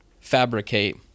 fabricate